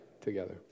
together